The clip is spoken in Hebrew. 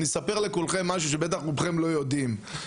אני אספר לכולכם משהו שבטח רובכם לא יודעים,